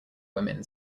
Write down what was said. women